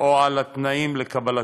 או על התנאים לקבלתו.